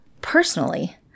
Personally